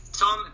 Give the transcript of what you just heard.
Tom